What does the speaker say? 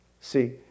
See